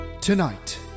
Tonight